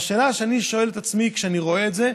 והשאלה שאני שואל את עצמי כשאני רואה את זה: